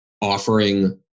offering